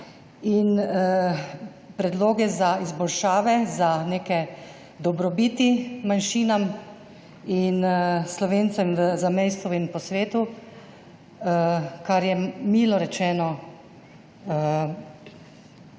predloge za izboljšave, za neke dobrobiti manjšinam in Slovencem v zamejstvu in po svetu, kar je, milo rečeno,